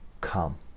come